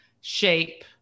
shape